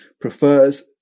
prefers